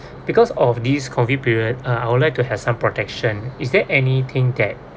because of these COVID period uh I would like to have some protection is there anything that